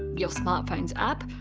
your smartphone's app,